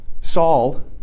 Saul